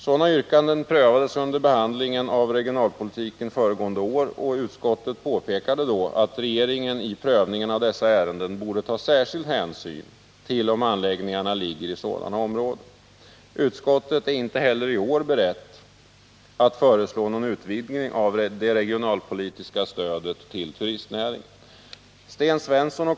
Sådana yrkanden prövades under behandlingen av propositionen om regionalpolitiken föregående år, och utskottet påpekade då att regeringen i prövningen av dessa ärenden borde ta särskild hänsyn till om anläggningarna ligger i sådana områden. Utskottet är inte heller i år berett att föreslå någon utvidgning av det regionalpolitiska stödet till turistnäringen.